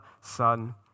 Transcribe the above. Son